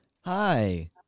Hi